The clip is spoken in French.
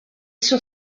sur